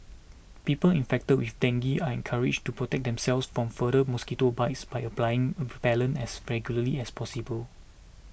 people infected with dengue are encouraged to protect themselves from further mosquito bites by applying repellent as regularly as possible